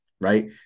right